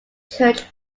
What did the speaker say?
church